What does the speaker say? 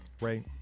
Right